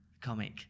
comic